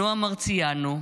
נועה מרציאנו,